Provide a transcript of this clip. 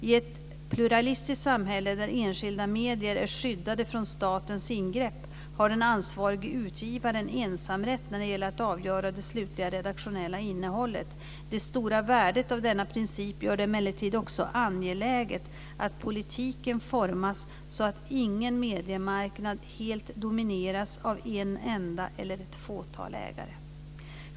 I ett pluralistiskt samhälle där enskilda medier är skyddade från statens ingrepp har den ansvarige utgivaren ensamrätt när det gäller att avgöra det slutliga redaktionella innehållet. Det stora värdet av denna princip gör det emellertid också angeläget att politiken formas så att ingen mediemarknad helt domineras av en enda, eller ett fåtal, ägare.